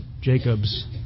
Jacob's